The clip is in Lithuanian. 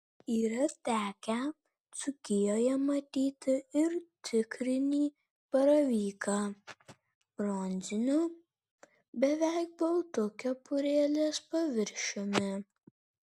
yra tekę dzūkijoje matyti ir tikrinį baravyką bronziniu beveik baltu kepurėlės paviršiumi